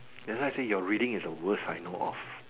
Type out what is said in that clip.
that's why I say your reading is the worst I know of